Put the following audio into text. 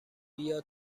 بیا